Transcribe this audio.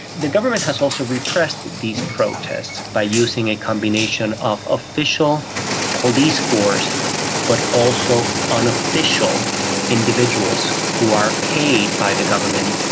the government has also repressed these protests by using a combination of official police force but also unofficial individuals who are paid by the government.